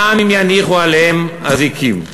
גם אם יניחו עליהם אזיקים.